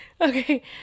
Okay